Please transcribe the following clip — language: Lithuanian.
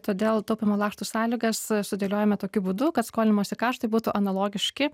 todėl taupymo lakštų sąlygas sudėliojome tokiu būdu kad skolinimosi kaštai būtų analogiški